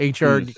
HR